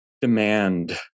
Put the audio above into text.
demand